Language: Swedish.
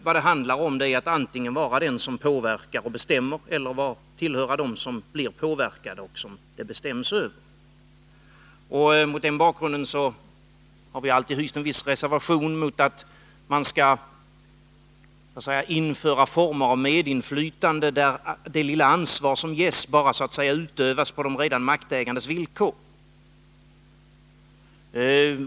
Vad det handlar om är att antingen vara den som påverkar och bestämmer eller att tillhöra dem som blir påverkade och som det bestäms över. Mot den bakgrunden har vi alltid hyst en viss reservation mot att man skall införa former av medinflytande, där det lilla ansvar som ges så att säga bara utövas på de redan maktägandes villkor.